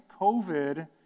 COVID